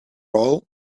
all